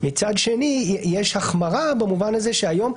מצד שני יש החמרה במובן הזה שהיום,